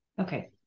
Okay